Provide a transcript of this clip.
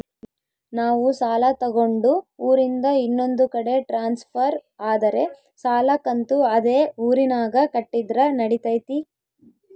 ನಾವು ಸಾಲ ತಗೊಂಡು ಊರಿಂದ ಇನ್ನೊಂದು ಕಡೆ ಟ್ರಾನ್ಸ್ಫರ್ ಆದರೆ ಸಾಲ ಕಂತು ಅದೇ ಊರಿನಾಗ ಕಟ್ಟಿದ್ರ ನಡಿತೈತಿ?